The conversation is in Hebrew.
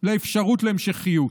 לאפשרות להמשכיות,